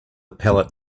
pallet